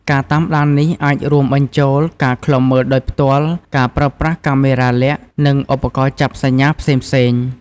ការតាមដាននេះអាចរួមបញ្ចូលការឃ្លាំមើលដោយផ្ទាល់ ការប្រើប្រាស់កាមេរ៉ាលាក់ និងឧបករណ៍ចាប់សញ្ញាផ្សេងៗ។